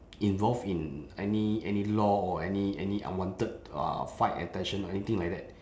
involved in any any law or any any unwanted uh fight attention or anything like that